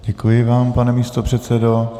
Děkuji vám, pane místopředsedo.